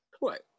Right